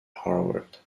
harvard